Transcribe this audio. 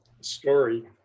story